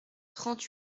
trente